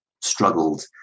struggled